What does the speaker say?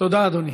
תודה, אדוני.